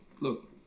look